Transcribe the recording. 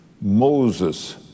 Moses